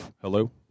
Hello